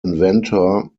inventor